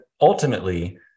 ultimately